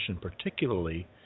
particularly